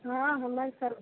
हँ हमर स